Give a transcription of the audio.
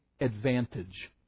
advantage